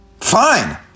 Fine